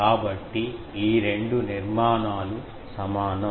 కాబట్టి ఈ రెండు నిర్మాణాలు సమానం